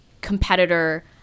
competitor